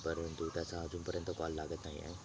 परंतु त्याचा अजूनपर्यंत कॉल लागत नाही आहे